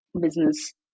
business